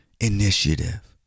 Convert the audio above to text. Initiative